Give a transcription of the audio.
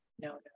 no